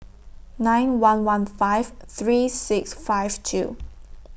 nine one one five three six five two